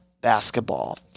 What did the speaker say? basketball